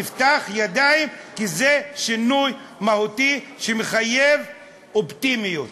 נפתח ידיים, כי זה שינוי מהותי, שמחייב אופטימיות.